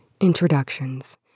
introductions